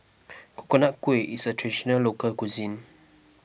Coconut Kuih is a Traditional Local Cuisine